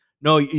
No